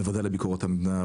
בוועדה לביקורת המדינה,